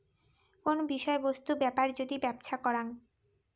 কোন বিষয় বস্তু বেপার যদি ব্যপছা করাং